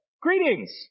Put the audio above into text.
Greetings